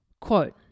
Quote